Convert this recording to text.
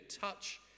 touch